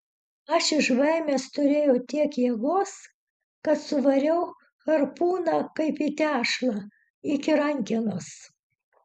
aš iš baimės turėjau tiek jėgos kad suvariau harpūną kaip į tešlą iki rankenos